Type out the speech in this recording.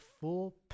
full